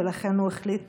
ולכן הוא החליט